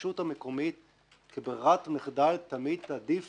הרשות המקומית כברירת מחדל תמיד תעדיף